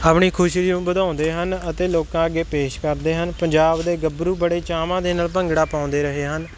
ਆਪਣੀ ਖੁਸ਼ੀ ਨੂੰ ਵਧਾਉਂਦੇ ਹਨ ਅਤੇ ਲੋਕਾਂ ਅੱਗੇ ਪੇਸ਼ ਕਰਦੇ ਹਨ ਪੰਜਾਬ ਦੇ ਗੱਭਰੂ ਬੜੇ ਚਾਵਾਂ ਦੇ ਨਾਲ ਭੰਗੜਾ ਪਾਉਂਦੇ ਰਹੇ ਹਨ